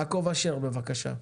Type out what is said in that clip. יעקב אשר, בבקשה.